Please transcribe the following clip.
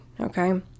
okay